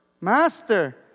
Master